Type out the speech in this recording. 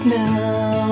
now